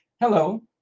Hello